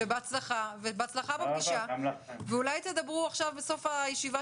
ובהצלחה בפגישה ואולי תדברו עכשיו בסוף הישיבה